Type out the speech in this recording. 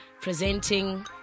presenting